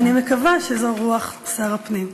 ואני מקווה שזו רוח שר הפנים.